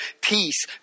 peace